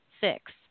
six